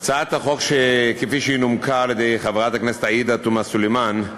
הצעת החוק כפי שהיא נומקה על-ידי חברת הכנסת עאידה תומא סלימאן,